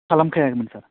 खालामखायामोन सार